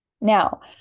now